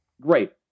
Great